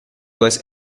was